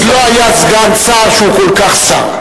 עוד לא היה סגן שר שהוא כל כך שר.